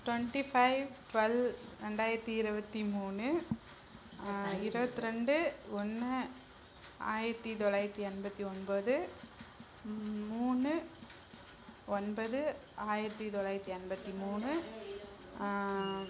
twenty five twelve ரெண்டாயித்தி இருபத்தி மூணு இருபத்தி ரெண்டு ஒன்று ஆயித்தி தொளாயித்தி எண்பத்தி ஒன்பது மூணு ஒன்பது ஆயிரத்தி தொள்ளாயித்தி எண்பத்தி மூணு